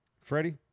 Freddie